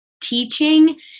teaching